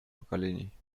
поколений